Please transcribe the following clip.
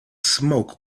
smoke